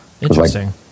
Interesting